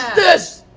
this.